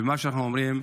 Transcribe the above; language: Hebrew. ומה שאנחנו אומרים: